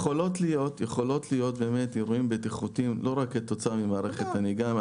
יכולים להיות אירועים בטיחותיים לא רק כתוצאה ממערכת הנהיגה.